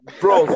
bro